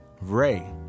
Ray